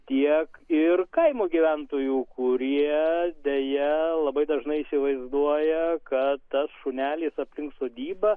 tiek ir kaimo gyventojų kurie deja labai dažnai įsivaizduoja kad tas šunelis aplink sodybą